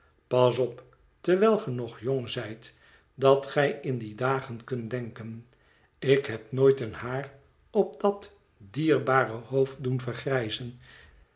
pas op terwijl ge nog jong zijt dat gij in die dagen kunt denken ik heb nooit een haar op dat dierbare hoofd doen vergrijzen